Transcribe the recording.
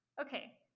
Okay